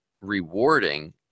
rewarding